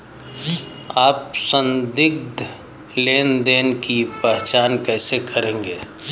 आप संदिग्ध लेनदेन की पहचान कैसे करेंगे?